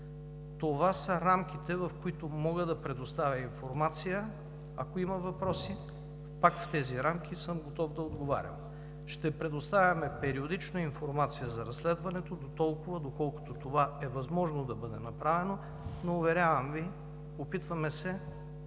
Това са рамките, в които мога да предоставя информация. Ако има въпроси, пак в тези рамки, готов съм да отговарям. Ще предоставяме периодично информация за разследването дотолкова, доколкото това е възможно да бъде направено, но, уверявам Ви, опитваме се